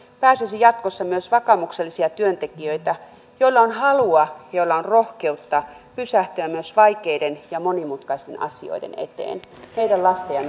pääsisi jatkossa myös vakaumuksellisia työntekijöitä joilla on halua ja joilla on rohkeutta pysähtyä myös vaikeiden ja monimutkaisten asioiden eteen meidän lasten ja